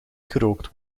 gerookt